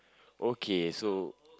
okay so